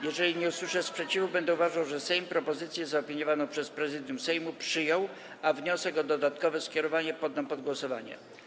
Jeżeli nie usłyszę sprzeciwu, będę uważał, że Sejm propozycję zaopiniowaną przez Prezydium Sejmu przyjął, a wniosek o dodatkowe skierowanie poddam pod głosowanie.